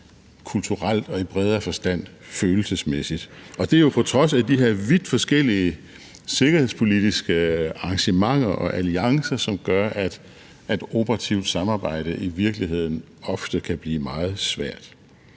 kulturelt og i bredere forstand følelsesmæssigt. Og det er jo de her vidt forskellige sikkerhedspolitiske arrangementer og alliancer, som gør, at et operativt samarbejde i virkeligheden ofte kan blive meget svært.